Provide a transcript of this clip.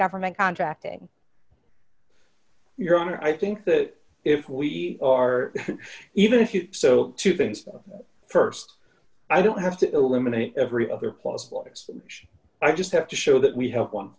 government contracting you're on i think that if we are even if you so two things st i don't have to eliminate every other possibilities i just have to show that we have one